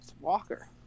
Walker